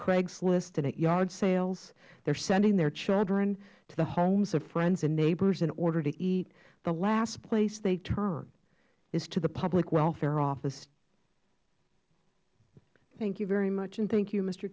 craigslist and at yard sales they are sending their children to the homes of friends and neighbors in order to eat the last place they turn is to the public welfare office ms buerkle thank you very much and thank you m